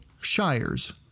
shires